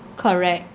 correct